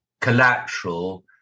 collateral